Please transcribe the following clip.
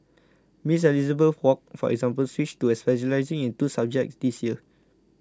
Miss Elizabeth Wok for example switched to specialising in two subjects this year